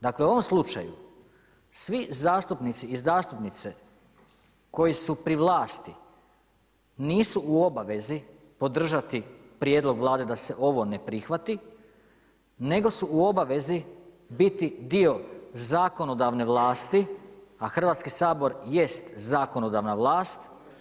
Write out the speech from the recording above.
Dakle u ovom slučaju svi zastupnici i zastupnice koji su pri vlasti nisu u obavezi podržati prijedlog Vlade da se ovo ne prihvati nego su u obavezi biti dio zakonodavne vlasti a Hrvatski sabor jest zakonodavna vlas.